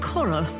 Cora